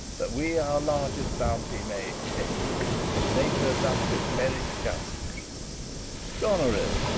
that we our largest bounty may extend where nature doth with merit challenge goneril,